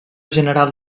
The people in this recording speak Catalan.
general